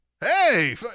hey